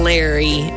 Larry